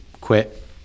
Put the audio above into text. quit